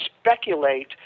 speculate